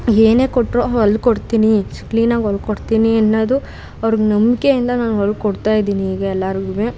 ಏನೇ ಕೊಟ್ಟರೂ ಹೊಲ್ಕೊಡ್ತೀನಿ ಕ್ಲೀನಾಗಿ ಹೊಲ್ಕೊಡ್ತೀನಿ ಅನ್ನೋದು ಅವರಿಗೆ ನಂಬಿಕೆಯಿಂದ ನಾನು ಹೊಲ್ಕೊಡ್ತಾ ಇದ್ದೀನಿ ಈಗ ಎಲ್ಲಾರ್ಗೂ